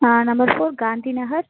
number four Gandhi Nagar